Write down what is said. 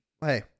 Hey